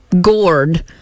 gourd